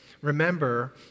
remember